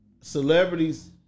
celebrities